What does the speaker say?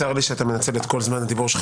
צר לי שאתה מנצל את כל זמן הדיבור שלך